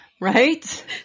right